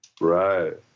Right